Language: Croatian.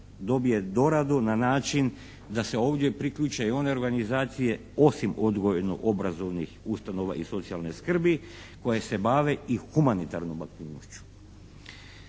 dobije doradu na način da se ovdje priključe i one organizacije osim odgojno-obrazovnih ustanova i socijalne skrbi koje se bave i humanitarnom aktivnošću.